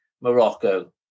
Morocco